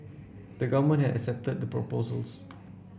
the Government had accepted the proposals